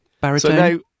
Baritone